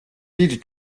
დიდ